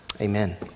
Amen